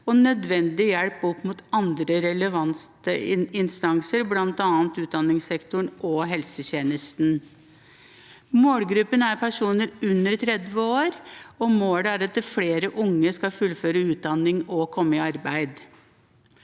og nødvendig hjelp opp mot andre relevante instanser, bl.a. utdanningssektoren og helsetjenesten. Målgruppen er personer under 30 år, og målet er at flere unge skal fullføre utdanning og komme i arbeid.